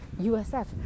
USF